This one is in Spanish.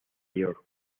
york